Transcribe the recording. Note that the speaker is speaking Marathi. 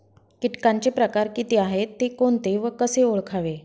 किटकांचे प्रकार किती आहेत, ते कोणते व कसे ओळखावे?